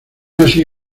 así